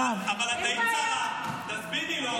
תהיה לך הודעה אישית, תהיה לך הודעה